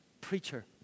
preacher